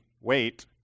wait